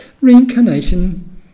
Reincarnation